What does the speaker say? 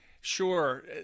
Sure